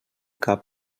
cap